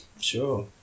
sure